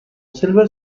silver